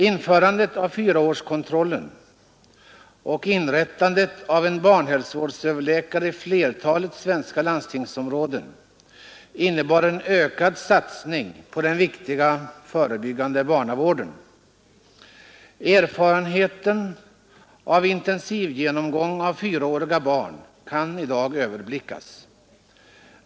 Införandet av fyraårskontrollen och inrättandet av en tjänst som barnhälsovårdsöverläkare i flertalet svenska landstingsområden innebar en ökad satsning på den viktiga förebyggande barnavården. Erfarenheten av intensivgenomgång av fyraåriga barn kan i dag överblickas.